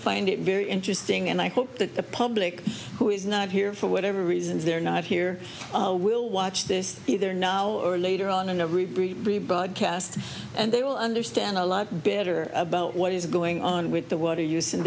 find it very interesting and i hope that the public who is not here for whatever reasons they're not here will watch this either now or later on in a reprieve rebroadcast and they will understand a lot better about what is going on with the water use and